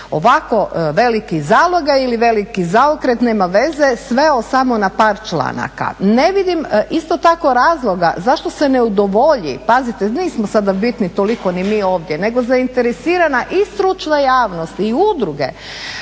ovako veliki zalogaj ili veliki zaokret, nema veze, sveo samo na par članaka. Ne vidim isto tako razloga zašto se ne udovolji, pazite nismo sada bitni toliko ni mi ovdje nego zainteresirana i stručna javnost, i udruge